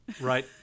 Right